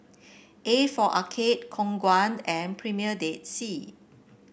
A for Arcade Khong Guan and Premier Dead Sea